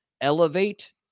elevate